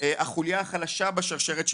החולייה החלשה בשרשרת,